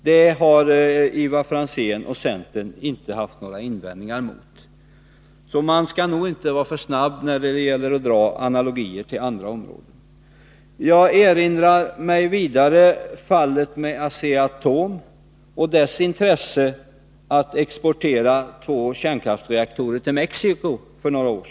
Det har Ivar Franzén och centern inte haft några invändningar emot. Man skall nog inte Nr 105 vara för snabb när det gäller analogier med andra områden. Onsdagen den Jag erinrar mig vidare — med anledning av talet om dubbelmoral — 23 mars 1983 Asea-Atoms intresse att för några år sedan exportera två kärnkraftsreaktorer till Mexico.